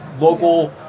local